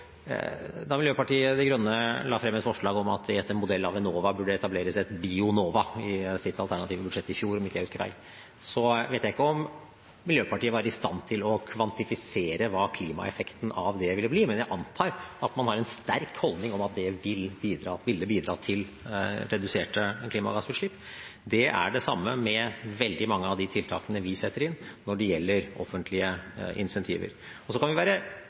Da Miljøpartiet De Grønne la frem et forslag om at det etter modell av Enova burde etableres et Bionova, i sitt alternative budsjett i fjor – om jeg ikke husker feil – vet jeg ikke om Miljøpartiet var i stand til å kvantifisere hva klimaeffekten av det ville bli, men jeg antar at man har en sterk holdning om at det ville bidra til reduserte klimagassutslipp. Det er det samme med veldig mange av de tiltakene vi setter inn når det gjelder offentlige incentiver. Og så kan vi være